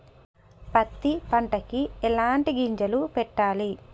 పత్తి పంటకి ఎలాంటి గింజలు పెట్టాలి?